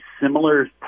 similar